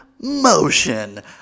motion